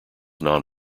non